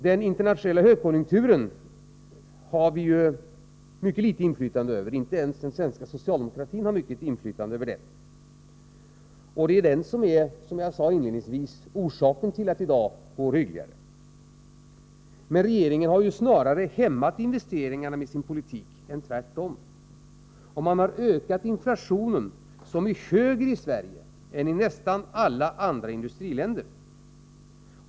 Den internationella högkonjunkturen har vi ju inte mycket inflytande över, inte ens den svenska socialdemokratin har mycket inflytande över den. Som jag sade inledningsvis är det ju denna som är orsaken till att det i dag går hyggligare. Men regeringen har snarare hämmat investeringarna med sin politik än tvärtom. Man har ökat inflationen, som nu är högre i Sverige än i nästan alla andra industriländer.